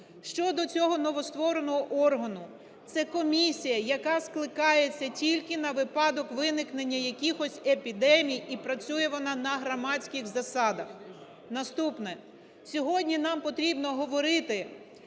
Щодо цього новоствореного органу. Це комісія, яка скликається тільки на випадок виникнення якихось епідемій і працює вона на громадських засадах. Наступне. Сьогодні нам потрібно говорити,